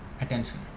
attention